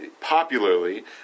popularly